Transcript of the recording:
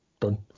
done